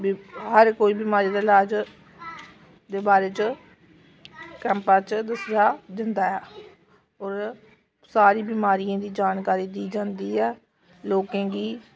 हर कोई बिमारी दा इलाज दे बारे च कैम्पां च दस्सेआ जंदा ऐ होर सारी बिमारियें दी जानकारी दी जांदी ऐ लोकें गी